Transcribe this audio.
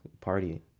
party